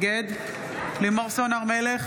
נגד לימור סון הר מלך,